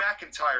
McIntyre